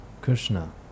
Krishna